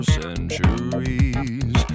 centuries